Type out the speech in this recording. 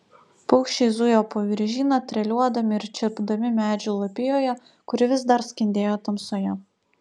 paukščiai zujo po viržyną treliuodami ir čirpdami medžių lapijoje kuri vis dar skendėjo tamsoje